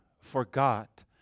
forgot